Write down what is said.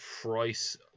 price